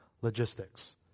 logistics